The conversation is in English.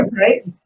right